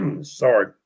Sorry